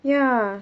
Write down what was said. ya